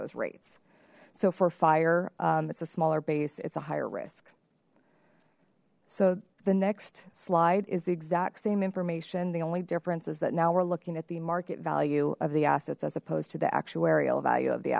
those rates so for fire it's a smaller base it's a higher risk so the next slide is the exact same information the only difference is that now we're looking at the market value of the assets as opposed to the actuarial value of the